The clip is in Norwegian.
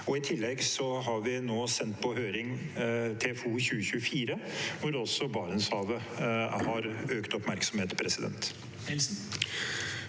I tillegg har vi nå sendt på høring TFO 2024, hvor også Barentshavet har økt oppmerksomhet. Marius